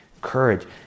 courage